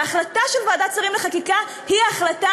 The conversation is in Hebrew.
וההחלטה של ועדת השרים לחקיקה היא ההחלטה